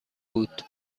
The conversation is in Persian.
بود